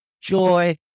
joy